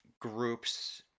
groups